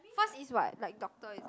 first is what like doctor is it